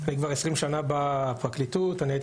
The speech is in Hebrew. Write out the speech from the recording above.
אני כבר עשרים שנים בפרקליטות והייתי